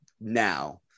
now